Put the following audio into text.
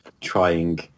trying